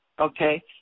okay